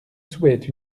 souhaite